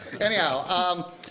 Anyhow